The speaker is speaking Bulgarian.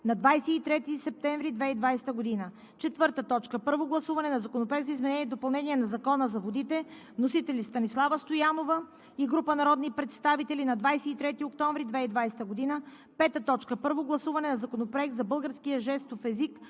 на 23 септември 2020 г. 4. Първо гласуване на Законопроекта за изменение и допълнение на Закона за водите. Вносители – Станислава Стоянова и група народни представители, 23 октомври 2020 г. 5. Първо гласуване на Законопроекта за българския жестов език.